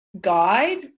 guide